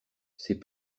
ses